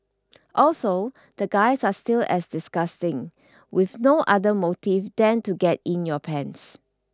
also the guys are still as disgusting with no other motives than to get in your pants